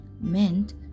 meant